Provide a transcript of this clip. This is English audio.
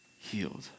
healed